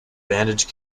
bandage